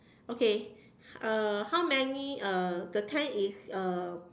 okay uh how many uh the tank is uh